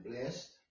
blessed